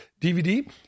DVD